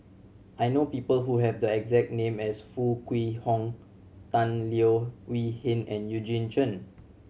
I know people who have the exact name as Foo Kwee Horng Tan Leo Wee Hin and Eugene Chen